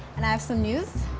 and i have some news.